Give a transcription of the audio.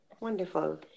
Wonderful